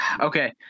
Okay